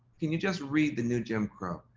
can you just read the new jim crow?